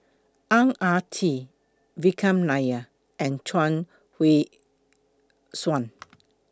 Ang Ah Tee Vikram Nair and Chuang Hui Tsuan